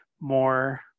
more